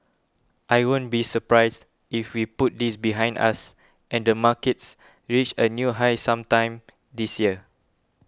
I won't be surprised if we put this behind us and the markets reach a new high sometime this year